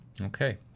Okay